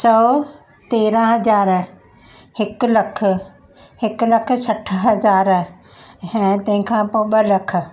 सौ तेरहं हज़ार हिकु लखु हिकु लखु सठि हज़ार ऐं तंहिंखा पोइ ॿ लख